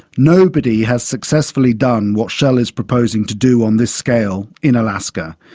nobody has successfully done what shell is proposing to do on this scale in alaska,